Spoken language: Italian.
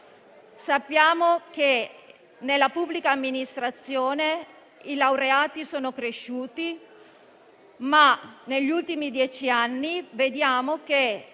Sappiamo che nella pubblica amministrazione i laureati sono cresciuti, ma negli ultimi dieci anni vediamo che